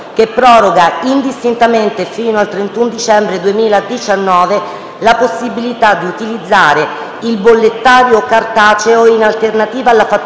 che proroga indistintamente fino al 31 dicembre 2019 la possibilità di utilizzare il bollettario cartaceo in alternativa alla fatturazione